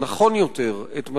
כי אתה מייצג את קבוצות